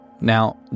Now